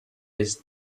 his